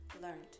learned